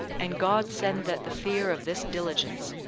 and god send that the fear of this diligence,